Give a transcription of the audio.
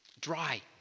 dry